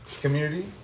community